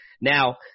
Now